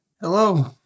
Hello